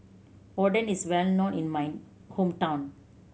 oden is well known in my hometown